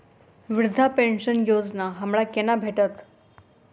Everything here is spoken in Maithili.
वृद्धा पेंशन योजना हमरा केना भेटत?